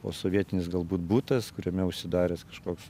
posovietinis galbūt butas kuriame užsidaręs kažkoks